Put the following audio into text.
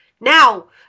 now